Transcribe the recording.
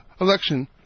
election